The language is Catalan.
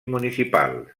municipals